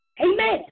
Amen